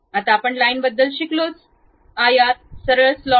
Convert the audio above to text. आता आपण लाइन सरळ स्लॉट्सबद्दल शिकलो